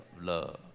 love